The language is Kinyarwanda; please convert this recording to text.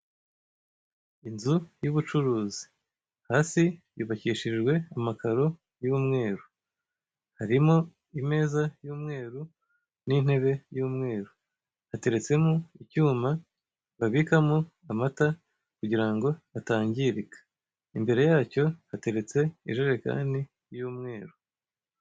Inzu y'ubucuruzi hasi yubakishije amakaro y'umweru, harimo imeza y'umweru n'intebe y'umweru, hateretsemo icyuma babikamo amata kugira ngo atangirika, imbere yacyo hateretse ijerekani y'umweru.